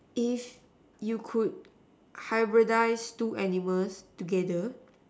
if you could hybridize two animals together